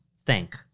thank